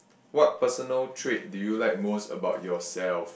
what personal trait do you like most about yourself